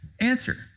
answer